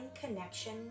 connection